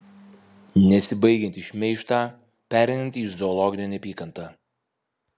nesibaigiantį šmeižtą pereinantį į zoologinę neapykantą